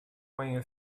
manhã